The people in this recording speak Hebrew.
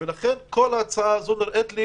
כל ההצעה הזו נראית לי